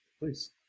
please